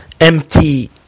empty